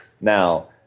Now